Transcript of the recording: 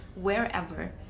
wherever